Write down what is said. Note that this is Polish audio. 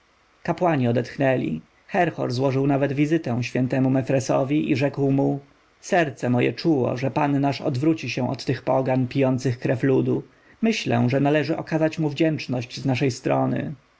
kapłani odetchnęli herhor złożył nawet wizytę świętemu mefresowi i rzekł mu serce moje czuło że pan nasz odwróci się od tych pogan pijących krew ludu myślę że należy okazać mu wdzięczność z naszej strony